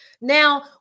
Now